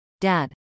Dad